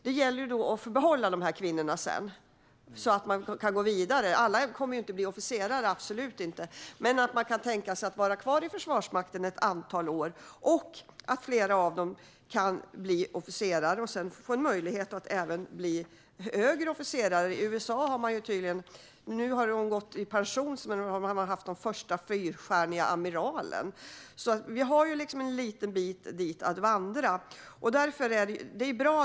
Det gäller att behålla dem sedan, så att de kan gå vidare och kan tänka sig att vara kvar i Försvarsmakten ett antal år. Alla kommer inte att bli officerare - absolut inte. Men flera av dem kan bli det och sedan få möjlighet att klättra även högre. I USA har man tydligen haft den första kvinnliga fyrstjärniga amiralen; hon har gått i pension nu. Vi har alltså en liten bit att vandra.